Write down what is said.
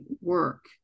work